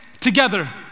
together